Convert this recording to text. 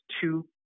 two